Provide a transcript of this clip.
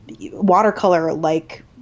watercolor-like